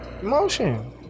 Emotion